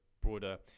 broader